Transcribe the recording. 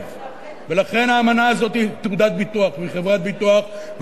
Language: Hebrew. ולכן האמנה הזאת היא תעודת ביטוח וחברת ביטוח,